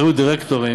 אני